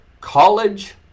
college